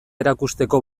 erakusteko